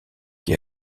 qui